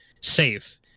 safe